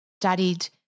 studied